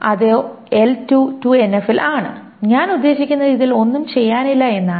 അതെ L2 2 NF ൽ ആണ് ഞാൻ ഉദ്ദേശിക്കുന്നത് ഇതിൽ ഒന്നും ചെയ്യാനില്ല എന്നാണ്